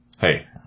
Hey